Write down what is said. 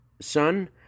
son